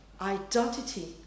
identity